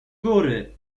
góry